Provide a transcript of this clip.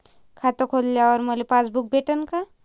खातं खोलल्यावर मले पासबुक भेटन का?